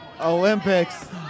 Olympics